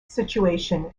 situation